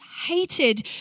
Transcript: hated